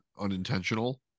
unintentional